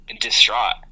distraught